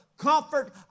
Comfort